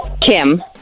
Kim